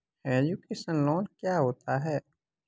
Education loan क्या होता है?